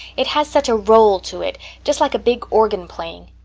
it has such a roll to it just like a big organ playing.